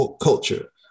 culture